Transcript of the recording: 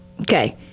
Okay